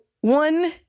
one